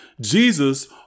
Jesus